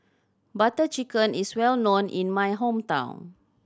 Butter Chicken is well known in my hometown